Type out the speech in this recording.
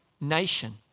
nation